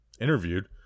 interviewed